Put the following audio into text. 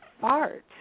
fart